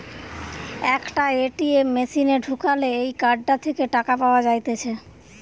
একটা এ.টি.এম মেশিনে ঢুকালে এই কার্ডটা থেকে টাকা পাওয়া যাইতেছে